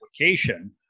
application